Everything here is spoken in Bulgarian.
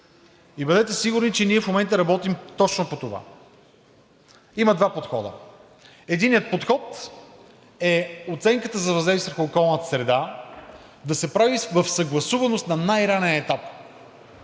Бъдете сигурни, че ние в момента работим точно по това. Има два подхода. Единият подход е оценката за въздействие върху околната среда да се прави в съгласуваност на най-ранен етап,